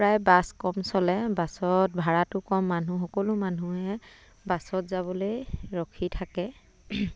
প্ৰায় বাছ কম চলে বাছত ভাড়াটো কম মানুহ সকলো মানুহে বাছত যাবলৈ ৰখি থাকে